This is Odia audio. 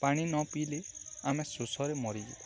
ପାଣି ନ ପିଇଲେ ଆମେ ଶୋଷରେ ମରିଯିବା